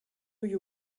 you